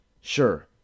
Sure